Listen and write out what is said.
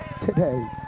today